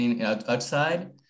outside